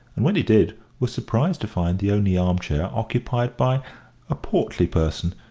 and, when he did, was surprised to find the only armchair occupied by a portly person,